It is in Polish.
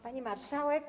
Pani Marszałek!